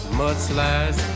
mudslides